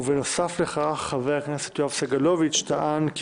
ובנוסף לכך, חבר הכנסת יואב סגלוביץ' טען כי